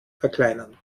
verkleinern